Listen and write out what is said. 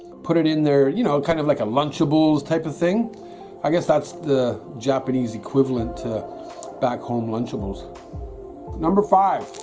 put it in they're you know kind of like a lunchables type of thing i guess that's the japanese equivalent to back home lunchables number five